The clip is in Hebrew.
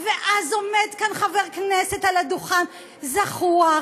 ואז עומד כאן חבר כנסת על הדוכן זחוח.